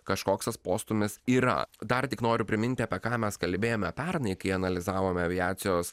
kažkoks tas postūmis yra dar tik noriu priminti apie ką mes kalbėjome pernai kai analizavome aviacijos